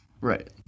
right